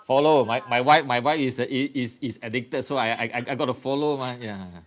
follow my my wife my wife is uh is is addicted so I I I got to follow mah ya